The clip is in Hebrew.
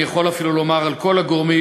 אני יכול אפילו לומר על כל הגורמים,